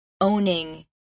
owning